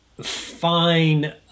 fine